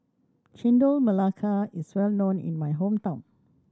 Chendol Melaka is well known in my hometown